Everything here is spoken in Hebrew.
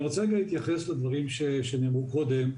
אני רוצה רגע להתייחס לדברים שנאמרו קודם.